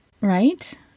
right